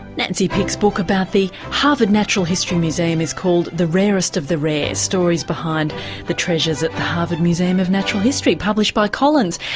nancy pick's book about the harvard natural history museum is called the rarest of rare stories behind the treasures at the harvard museum of natural history, published by collins.